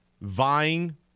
vying